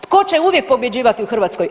Tko će uvijek pobjeđivati u Hrvatskoj?